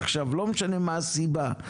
לא משנה המה הסיבה,